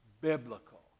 biblical